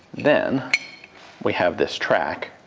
then we have this track.